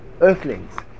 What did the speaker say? earthlings